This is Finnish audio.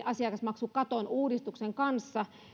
asiakasmaksukaton uudistuksen kanssa